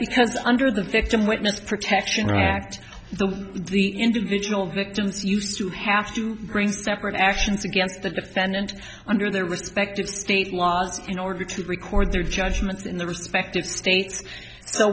because under the victim witness protection act the the individual victims used to have to bring separate actions against the defendant under their respective state laws in order to record their judgments in their respective states so